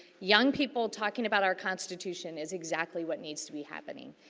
young people talking about our constitution is exactly what needs to be happening.